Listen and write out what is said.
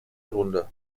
runde